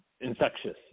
infectious